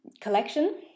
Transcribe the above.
collection